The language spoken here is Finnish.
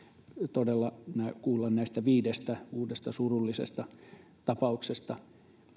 todella saimme kuulla näistä viidestä uudesta surullisesta tapauksesta